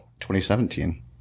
2017